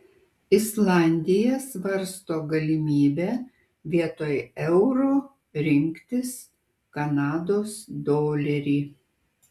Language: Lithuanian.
islandija svarsto galimybę vietoj euro rinktis kanados dolerį